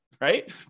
Right